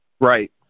Right